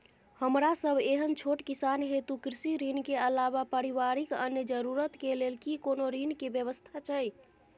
हमरा सब एहन छोट किसान हेतु कृषि ऋण के अलावा पारिवारिक अन्य जरूरत के लेल की कोनो ऋण के व्यवस्था छै?